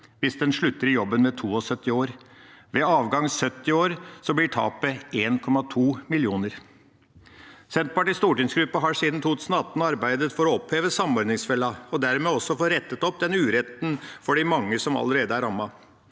hvis en slutter i jobben ved 72 år. Ved avgang 70 år blir tapet 1,2 mill. kr. Senterpartiets stortingsgruppe har siden 2018 arbeidet for å oppheve samordningsfella og dermed også få rettet opp den uretten for de mange som allerede er rammet.